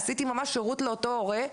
עשיתי ממש שירות לאותו הורה,